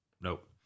Nope